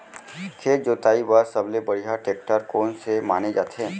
खेत जोताई बर सबले बढ़िया टेकटर कोन से माने जाथे?